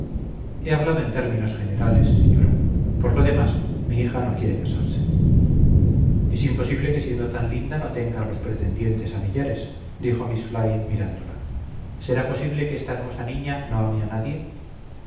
he hablado en términos generales señora por lo demás mi hija no quiere casarse es imposible que siendo tan linda no tenga los pretendientes a millares dijo miss fly mirándola será posible que esta hermosa niña no ame a nadie